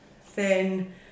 thin